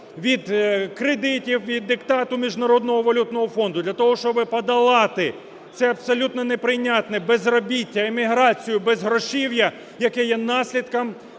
від кредитів, від диктату Міжнародного валютного фонду, для того щоб подолати це, абсолютно неприйнятне, безробіття, еміграцію, безгрошів'я, яке є наслідком